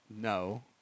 no